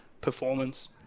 performance